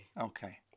Okay